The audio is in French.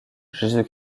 jésus